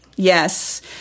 Yes